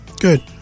good